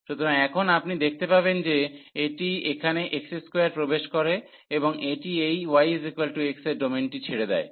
সুতরাং এখন আপনি দেখতে পাবেন যে এটি এখানে x2 প্রবেশ করে এবং এটি এই y x এর ডোমেনটি ছেড়ে দেয়